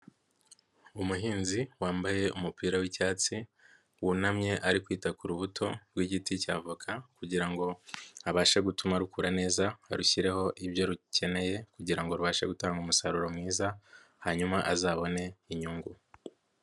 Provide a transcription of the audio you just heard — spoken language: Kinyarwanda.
Umuhinzi wambaye umupira w'icyatsi, wunamye ari kwita ku rubuto rw'igiti cya avoka kugira ngo abashe gutuma rukura neza, arushyireho ibyo rukeneye kugira ngo rubashe gutanga umusaruro mwiza, hanyuma azabone inyungu.